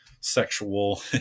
sexual